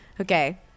Okay